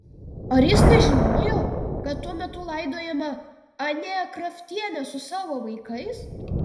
ar jis nežinojo kad tuo metu laidojama anė kraftienė su savo vaikais